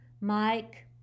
Mike